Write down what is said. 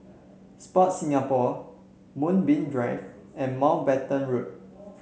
Sport Singapore Moonbeam Drive and Mountbatten Road